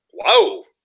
whoa